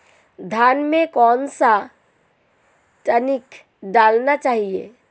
धान में कौन सा टॉनिक डालना चाहिए?